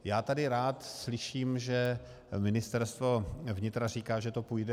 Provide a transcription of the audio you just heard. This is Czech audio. Já tady rád slyším, že Ministerstvo vnitra říká, že to půjde.